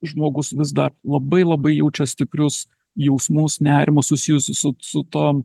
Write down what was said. žmogus vis dar labai labai jaučia stiprius jausmus nerimo susijusio su su tom